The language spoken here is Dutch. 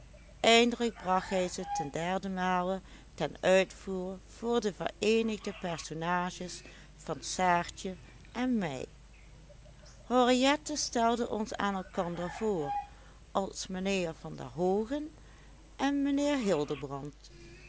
eindelijk bracht hij ze ten derdemale ten uitvoer voor de vereenigde personages van saartjen en mij henriette stelde ons aan elkander voor als mijnheer van der hoogen en mijnheer